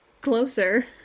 closer